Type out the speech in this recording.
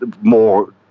more